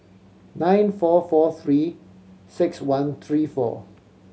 nine four four Three Six One three four